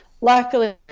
Luckily